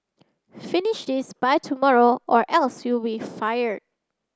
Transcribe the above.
finish this by tomorrow or else you be fired